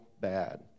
bad